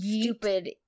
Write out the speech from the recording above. stupid